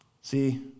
See